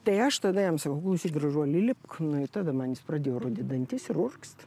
tai aš tada jam sakau klausyk gražuoli lipk nu ir tada man jis pradėjo rodyt dantis ir urgzt